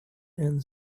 end